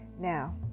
Now